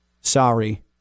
Sorry